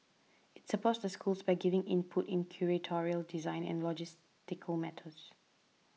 it supports the schools by giving input in curatorial design and logistical matters